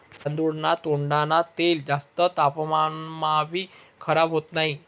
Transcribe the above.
तांदूळना कोंडान तेल जास्त तापमानमाभी खराब होत नही